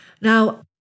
Now